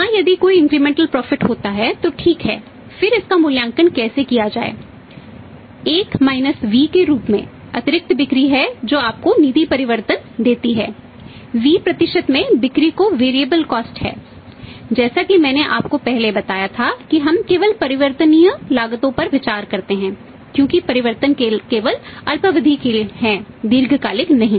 हाँ यदि कोई इंक्रीमेंटल प्रॉफिट है जैसा कि मैंने आपको पहले बताया था कि हम केवल परिवर्तनीय लागतों पर विचार करते हैं क्योंकि परिवर्तन केवल अल्पावधि हैं और दीर्घकालिक नहीं